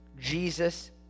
Jesus